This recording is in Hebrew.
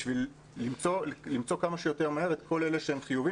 בשביל למצוא כמה שיותר מהר את כל אלה שהם חיוביים